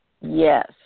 Yes